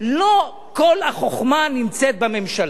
לא כל החוכמה נמצאת בממשלה.